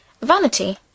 Vanity